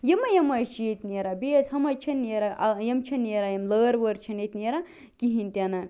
یِمٔے یِمٔے چھِ ییٚتہِ نیران بیٚیہِ حظ ہُم حظ چھِنہٕ نیران ٲں یِم چھِ نیران یِم لٲر وٲر چھِنہٕ ییٚتہِ نیران کِہیٖنۍ تہِ نہٕ